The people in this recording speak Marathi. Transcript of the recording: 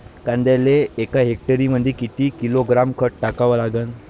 कांद्याले एका हेक्टरमंदी किती किलोग्रॅम खत टाकावं लागन?